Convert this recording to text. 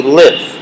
live